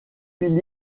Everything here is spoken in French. huit